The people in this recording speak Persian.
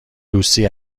لوسی